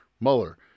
Mueller